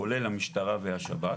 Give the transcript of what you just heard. כולל המשטרה והשב"ס,